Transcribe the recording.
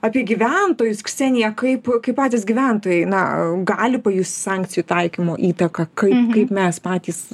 apie gyventojus ksenija kaip kaip patys gyventojai na gali pajust sankcijų taikymo įtaką kaip kaip mes patys